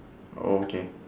okay